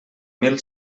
mil